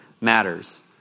matters